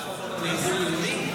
מה, להפוך אותם לארגון לאומי?